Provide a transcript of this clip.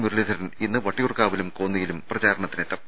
മുരളീധരൻ ഇന്ന് വട്ടിയൂർക്കാവിലും കോന്നിയിലും പ്രചാരണത്തിനെത്തും